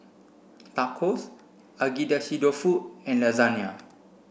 Tacos Agedashi dofu and Lasagna